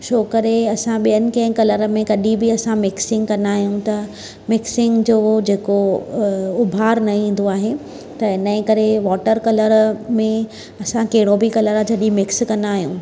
छो करे असां ॿियनि कंहिं कलर में कॾहिं ॿि असां मिक्सिंग कंदा आहियूं त मिक्सिंग जो जेको उभार न ईंदो आहे त हिनजे करे वॉटर कलर में असां कहिड़ो बि कलर जॾहिं मिक्स कंदा आहियूं